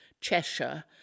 Cheshire